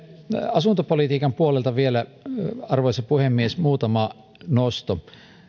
asuntopolitiikan puolelta vielä arvoisa puhemies muutama nosto